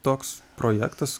toks projektas